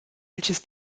welches